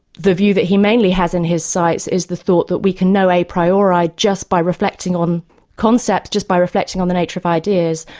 the view that he mainly has in his sights is the thought that we can now a priori, just by reflecting on concepts, just by reflecting on the nature of ideas,